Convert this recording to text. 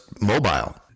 mobile